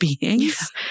beings